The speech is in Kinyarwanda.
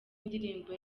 indirimbo